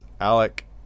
Alec